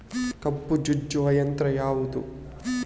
ಕಬ್ಬು ಜಜ್ಜುವ ಯಂತ್ರ ಯಾವುದು?